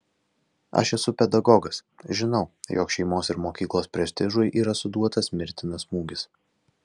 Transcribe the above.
aš esu pedagogas žinau jog šeimos ir mokyklos prestižui yra suduotas mirtinas smūgis